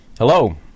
Hello